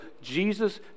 Jesus